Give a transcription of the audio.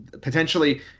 Potentially